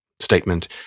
statement